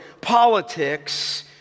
politics